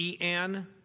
en